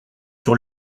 sur